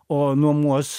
o nuomos